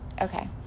Okay